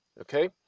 Okay